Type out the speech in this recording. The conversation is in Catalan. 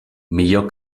millor